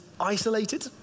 isolated